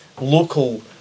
local